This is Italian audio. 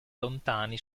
lontano